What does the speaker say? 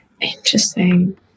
Interesting